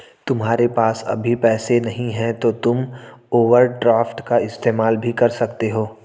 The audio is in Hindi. तुम्हारे पास अभी पैसे नहीं है तो तुम ओवरड्राफ्ट का इस्तेमाल भी कर सकते हो